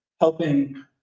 helping